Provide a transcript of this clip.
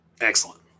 Excellent